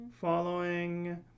following